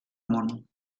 món